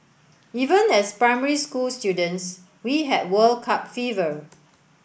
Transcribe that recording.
even as primary school students we had World Cup fever